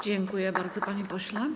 Dziękuję bardzo, panie pośle.